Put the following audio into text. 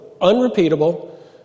unrepeatable